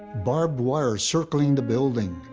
barbed wire circling the building,